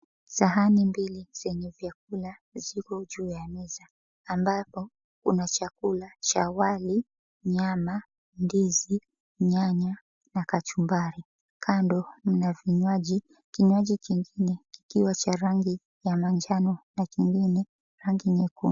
Sahani mbili zenye vyakula zipo juu ya meza ambapo kuna chakula cha wali, nyama, ndizi nyanya na kachumbari, kando kuna vinywaji kinywaji kingine kukiwa cha rangi ya manjano na kingine rangi nyekundu.